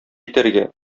итәргә